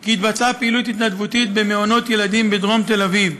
כי התבצעה פעילות התנדבותית במעונות ילדים בדרום תל-אביב.